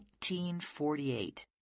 1948